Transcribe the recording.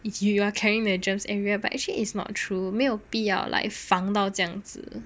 you're carrying the germs everywhere but actually is not true 没有必 like 防盗这样子